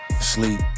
sleep